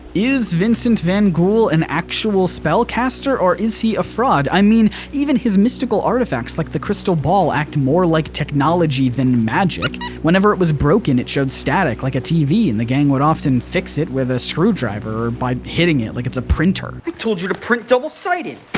is vincent van ghoul an and actual spell caster, or is he a fraud? i mean even his mystical artifacts like the crystal ball act more like technology than magic, whenever it was broken it showed static like a tv and the gang would often fix it with a screwdriver by hitting it like it's a printer. i told you to print double-sided.